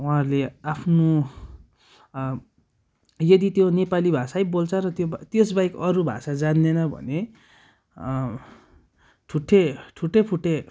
उहाँहरूले आफ्नो यदि त्यो नेपाली भाषै बोल्छ र त्यो त्यसबाहेकको अरू भाषा जान्दैन भने ठुट्टे ठुट्टे फुट्टे